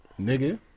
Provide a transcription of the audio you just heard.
nigga